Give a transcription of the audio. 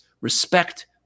respect